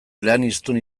eleaniztun